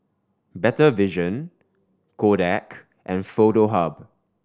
Better Vision Kodak and Foto Hub